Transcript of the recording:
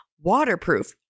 waterproof